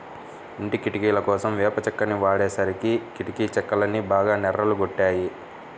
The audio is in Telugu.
ఇంటి కిటికీలకోసం వేప చెక్కని వాడేసరికి కిటికీ చెక్కలన్నీ బాగా నెర్రలు గొట్టాయి